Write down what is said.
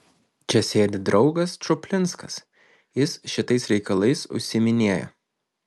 čia sėdi draugas čuplinskas jis šitais reikalais užsiiminėja